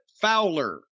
Fowler